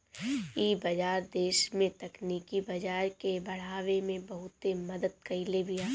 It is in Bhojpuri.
इ बाजार देस में तकनीकी बाजार के बढ़ावे में बहुते मदद कईले बिया